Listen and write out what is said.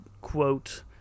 quote